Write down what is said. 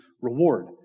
reward